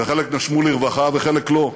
חלק נשמו לרווחה וחלק לא.